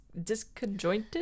disconjointed